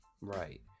Right